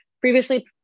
previously